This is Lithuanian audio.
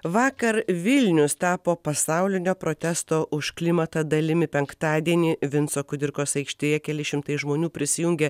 vakar vilnius tapo pasaulinio protesto už klimatą dalimi penktadienį vinco kudirkos aikštėje keli šimtai žmonių prisijungia